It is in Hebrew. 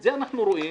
את זה אנחנו רואים.